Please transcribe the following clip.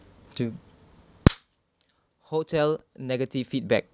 two hotel negative feedback